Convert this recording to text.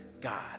God